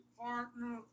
partner